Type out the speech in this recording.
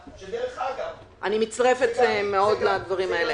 אני מצטרפת מאוד לדברים האלה.